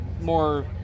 More